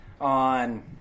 on